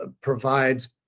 provides